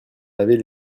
laver